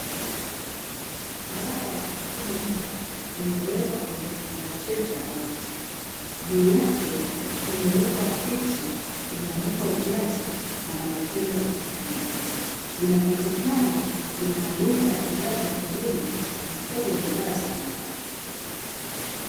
Dawa ya kutibu mbwa inewekwa kwenye kifungashio cha boksi, juu yake kumewekwa picha, kumeandikwa ujazo na maelekezo yakutumia. Inapatikana kwenye maduka ya bidhaa za kilimo, mifugo na dawa za wanyama.